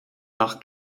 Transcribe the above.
nach